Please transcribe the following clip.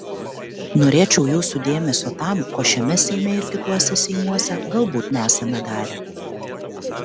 norėčiau jūsų dėmesio tam ko šiame seime ir kituose seimuose galbūt nesame darę